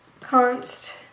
const